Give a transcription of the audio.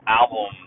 album